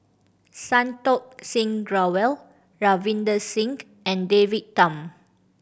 Santokh Singh Grewal Ravinder Singh and David Tham